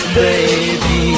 baby